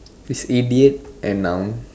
is idiot an noun